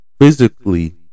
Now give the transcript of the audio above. physically